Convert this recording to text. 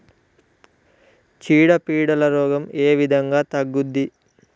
చీడ పీడల రోగం ఏ విధంగా తగ్గుద్ది?